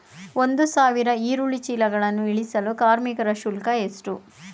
ಒಂದು ಸಾವಿರ ಈರುಳ್ಳಿ ಚೀಲಗಳನ್ನು ಇಳಿಸಲು ಕಾರ್ಮಿಕರ ಶುಲ್ಕ ಎಷ್ಟು?